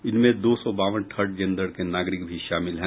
इनमें दो सौ बावन थर्ड जेंडर के नागरिक भी शामिल हैं